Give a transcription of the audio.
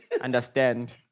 Understand